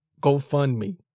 GoFundMe